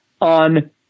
on